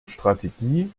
strategie